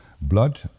Blood